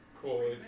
cool